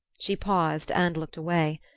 she paused and looked away.